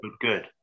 good